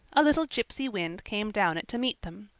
a little gypsy wind came down it to meet them,